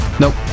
nope